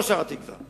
לא שר "התקווה",